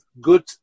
good